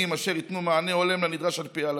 אשר ייתן מענה הולם לנדרש על פי ההלכה.